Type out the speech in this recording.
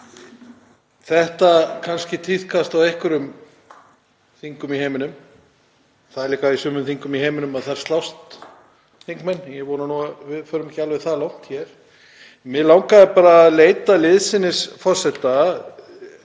þetta tíðkast kannski á einhverjum þingum í heiminum. Það er líka þannig í sumum þingum í heiminum að þar slást þingmenn. Ég vona nú að við förum ekki alveg það langt hér. Mig langaði bara að leita liðsinnis forseta.